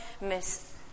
Miss